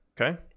okay